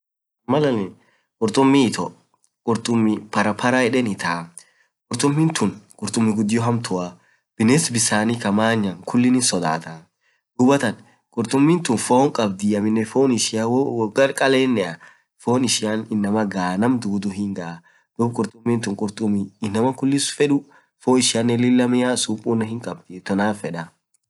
malaanin kurtumii itoo, kurtumii paraparaa edeen itaa kurtumiin tuun kurtumii gudio hamtuaa biness bisanii kuliin hinsodataa, duub kurtumin tuun foon kabdii hookaleeneen foan ishia inamaa gaa, duub kurtumin tuun kurtumii inamaan lilaa feduu foan ishianeen lilaa miaa, supuu daansaa kabdii inamaan tanaaf fedaa.